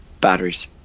batteries